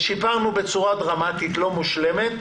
שיפרנו בצורה דרמטית, לא מושלמת,